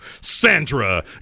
Sandra